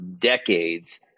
decades